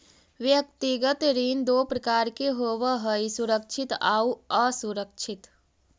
व्यक्तिगत ऋण दो प्रकार के होवऽ हइ सुरक्षित आउ असुरक्षित